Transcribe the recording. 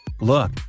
Look